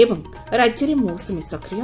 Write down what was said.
ଏବଂ ରାଜ୍ୟରେ ମୌସୁମୀ ସକ୍ରିୟ